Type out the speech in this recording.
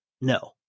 no